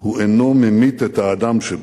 הוא אינו ממית את האדם שבו'.